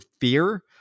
fear